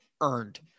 earned